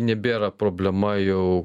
nebėra problema jau